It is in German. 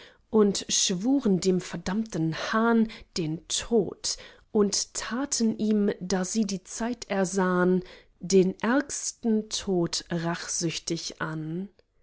und schwuren dem verdammten hahn den tod und taten ihm da sie die zeit ersahn den ärgsten tod rachsüchtig an